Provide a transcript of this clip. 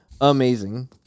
amazing